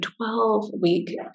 12-week